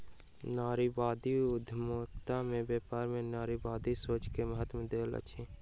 नारीवादी उद्यमिता में व्यापार में नारीवादी सोच के महत्त्व दैत अछि